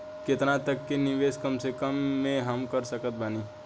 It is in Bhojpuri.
केतना तक के निवेश कम से कम मे हम कर सकत बानी?